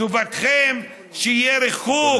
טובתכם שיהיה ריחוק,